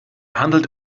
handelt